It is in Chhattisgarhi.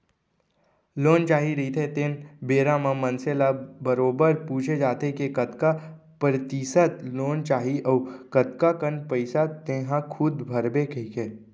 लोन चाही रहिथे तेन बेरा म मनसे ल बरोबर पूछे जाथे के कतका परतिसत लोन चाही अउ कतका कन पइसा तेंहा खूद भरबे कहिके